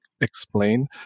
explain